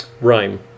Rhyme